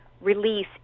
release